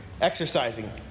Exercising